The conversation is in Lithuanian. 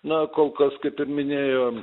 na kol kas kaip ir minėjo